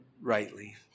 rightly